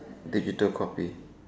digital copy